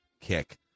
kick